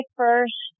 first